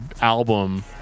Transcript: album